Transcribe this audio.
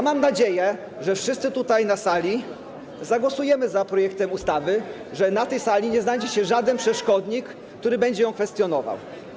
Mam nadzieję, że wszyscy tutaj na sali zagłosujemy za projektem ustawy, że na tej sali nie znajdzie się żaden przeszkodnik, który będzie tę ustawę kwestionował.